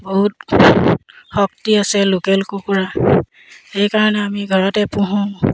বহুত শক্তি আছে লোকেল কুকুৰা সেইকাৰণে আমি ঘৰতে পোহোঁ